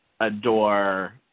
adore